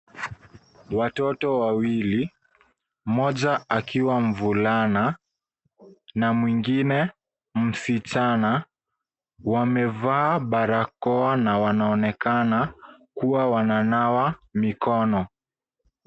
Watoto wawili, mmoja akiwa mvulana, na mwingine msichana, wamevaa barakoa na wanaonekana kuwa wananawa mikono.